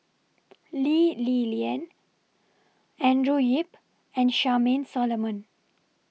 Lee Li Lian Andrew Yip and Charmaine Solomon